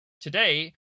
Today